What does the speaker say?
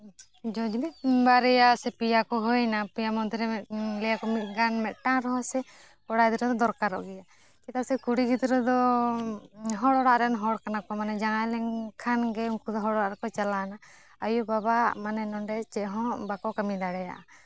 ᱡᱩᱫᱤ ᱵᱟᱨᱭᱟ ᱥᱮ ᱯᱮᱭᱟ ᱠᱚ ᱦᱩᱭᱱᱟ ᱯᱮᱭᱟ ᱢᱚᱫᱽᱫᱷᱮᱨᱮ ᱞᱟᱹᱭᱟᱠᱚ ᱢᱤᱫᱴᱟᱱ ᱢᱤᱫᱴᱟᱱ ᱨᱮᱦᱚᱸ ᱥᱮ ᱠᱚᱲᱟ ᱜᱤᱫᱽᱨᱟᱹ ᱫᱚ ᱫᱚᱨᱠᱟᱨᱚᱜ ᱜᱮᱭᱟ ᱪᱮᱫᱟᱜ ᱥᱮ ᱠᱩᱲᱤ ᱜᱤᱫᱽᱨᱟᱹ ᱫᱚ ᱦᱚᱲ ᱚᱲᱟᱜ ᱨᱮᱱ ᱦᱚᱲ ᱠᱟᱱᱟ ᱠᱚ ᱢᱟᱱᱮ ᱡᱟᱶᱟᱭ ᱞᱮᱠᱷᱟᱱ ᱜᱮ ᱩᱱᱠᱩ ᱫᱚ ᱦᱚᱲ ᱚᱲᱟᱜ ᱠᱚ ᱪᱟᱞᱟᱣᱱᱟ ᱟᱹᱭᱩ ᱵᱟᱵᱟᱣᱟᱜ ᱱᱚᱸᱰᱮ ᱪᱮᱫ ᱦᱚᱸ ᱵᱟᱠᱚ ᱠᱟᱹᱢᱤ ᱫᱟᱲᱮᱭᱟᱜᱼᱟ